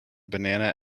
banana